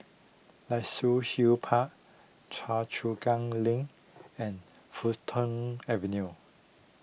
Luxus Hill Park Choa Chu Kang Link and Fulton Avenue